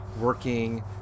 working